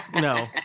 No